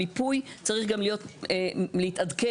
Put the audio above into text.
המיפוי צריך גם להיות, להתעדכן.